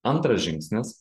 antras žingsnis